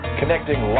connecting